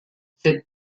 cette